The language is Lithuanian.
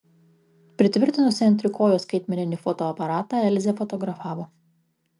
pritvirtinusi ant trikojo skaitmeninį fotoaparatą elzė fotografavo